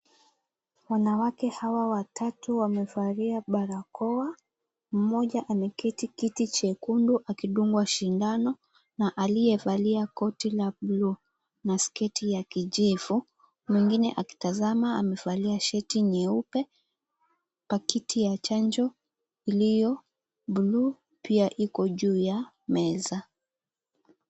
Wanawake hawa watatu wamevalia barakoa. Mmoja ameketi kiti chekundu akidungwa shindano na aliyevalia koti la bluu na sketi ya kujivu mwingine akitazama amevalia shati nyeupe, pakiti ya chanjo iliyo bluu pia iko juu ya meza.